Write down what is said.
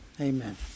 amen